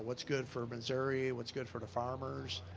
what's good for missouri, what's good for the farmers.